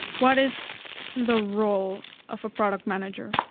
what is the role of a product manager?